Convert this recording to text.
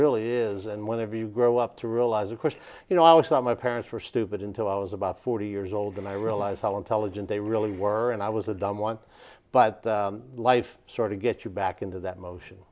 really is and whenever you grow up to realize of course you know it's not my parents were stupid into i was about forty years old and i realize how intelligent they really were and i was a dumb one but life sort of get you back into that motion